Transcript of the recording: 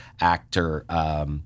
actor –